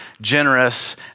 generous